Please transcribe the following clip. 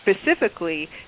Specifically